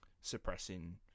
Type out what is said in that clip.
suppressing